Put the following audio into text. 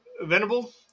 Venable